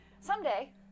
someday